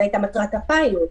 וזו הייתה מטרת הפיילוט,